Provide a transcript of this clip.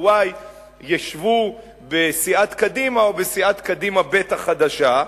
y ישבו בסיעת קדימה או בסיעת קדימה ב' החדשה,